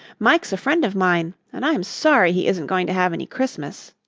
mike's a friend of mine and i'm sorry he isn't going to have any christmas.